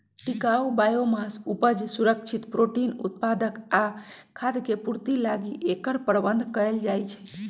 टिकाऊ बायोमास उपज, सुरक्षित प्रोटीन उत्पादक आ खाय के पूर्ति लागी एकर प्रबन्धन कएल जाइछइ